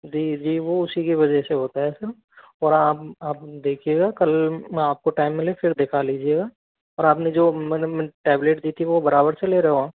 जी जी वो उसी की वजह से होता है सर और आप आप देखिएगा कल मैं आपको टाइम मिले फिर दिखा लीजिएगा और आपने जो मैंने टेबलेट दी थी वो बराबर से ले रहे हो आप